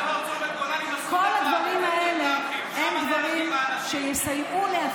בוואדי עארה יש שני מסלולים, בכפר